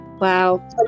Wow